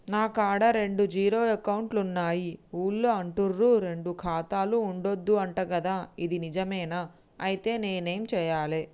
నా కాడా రెండు జీరో అకౌంట్లున్నాయి ఊళ్ళో అంటుర్రు రెండు ఖాతాలు ఉండద్దు అంట గదా ఇది నిజమేనా? ఐతే నేనేం చేయాలే?